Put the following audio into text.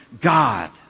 God